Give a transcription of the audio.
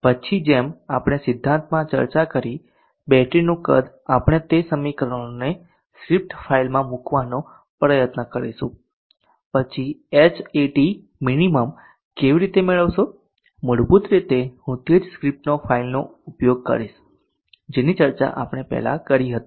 પછી જેમ આપણે સિદ્ધાંતમાં ચર્ચા કરી બેટરીનું કદ આપણે તે સમીકરણોને સ્ક્રિપ્ટ ફાઇલમાં મૂકવાનો પ્રયત્ન કરીશું પછી Hat minimum કેવી રીતે મેળવશો મૂળભૂત રીતે હું તે જ સ્ક્રિપ્ટ ફાઇલનો ઉપયોગ કરીશ જેની ચર્ચા આપણે પહેલા કરી હતી